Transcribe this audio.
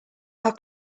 our